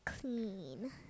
clean